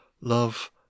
love